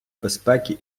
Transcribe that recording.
безпеки